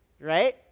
right